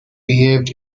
behaved